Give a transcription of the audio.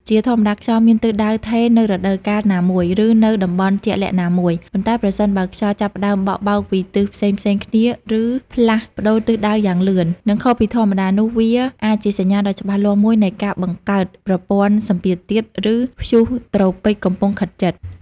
ជាធម្មតា ខ្យល់មានទិសដៅថេរនៅរដូវកាលណាមួយ ឬនៅតំបន់ជាក់លាក់ណាមួយ ប៉ុន្តែប្រសិនបើខ្យល់ចាប់ផ្តើមបក់បោកពីទិសផ្សេងៗគ្នាឬផ្លាស់ប្តូរទិសដៅយ៉ាងលឿន និងខុសពីធម្មតានោះវាអាចជាសញ្ញាដ៏ច្បាស់លាស់មួយនៃការបង្កើតប្រព័ន្ធសម្ពាធទាប ឬព្យុះត្រូពិចកំពុងខិតជិត។